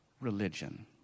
Religion